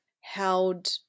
held